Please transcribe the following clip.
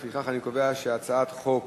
לפיכך אני קובע שהצעת החוק